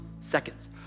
seconds